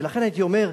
ולכן, הייתי אומר: